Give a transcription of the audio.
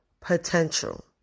potential